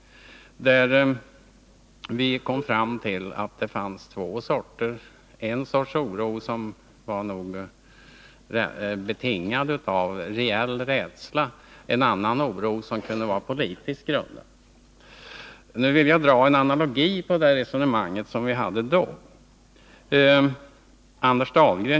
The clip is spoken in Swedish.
Vi kom där fram till att det fanns två sorters oro: en sort, som nog var betingad av reell rädsla, och en annan sorts oro, som kunde vara politiskt grundad. Här är en analogi till det resonemang som vi förde då.